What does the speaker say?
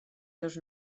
seus